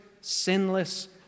sinless